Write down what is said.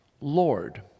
Lord